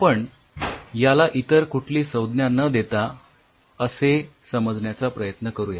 आपण याला इतर कुठली संज्ञा ना देता असे समजण्याचा प्रयत्न करूया